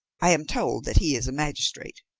i am told that he is a magistrate.